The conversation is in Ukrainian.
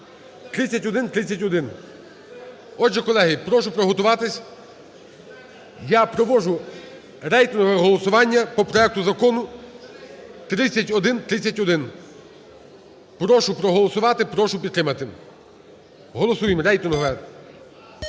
3131. Отже, колеги, прошу приготуватись, я проводжу рейтингове голосування по проекту Закону 3131. Прошу проголосувати, прошу підтримати. Голосуємо! Рейтингове.